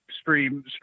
stream